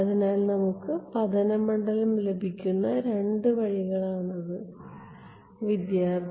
അതിനാൽ നമുക്ക് പതന മണ്ഡലം ലഭിക്കുന്ന രണ്ട് വഴികളാണത്